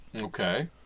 Okay